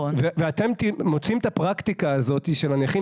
ואתם מוצאים את הפרקטיקה הזאת של הנכים